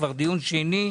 זה כבר דיון שני בנושא,